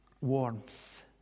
warmth